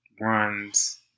runs